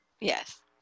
Yes